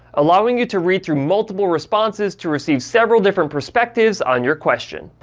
allowing you to read through multiple responses to receive several different perspectives on your question.